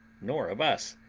nor of us,